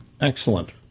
Excellent